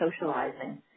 socializing